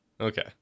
Okay